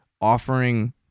offering